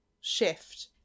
shift